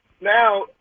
now